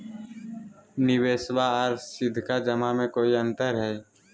निबेसबा आर सीधका जमा मे कोइ अंतर हय?